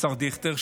השר דיכטר,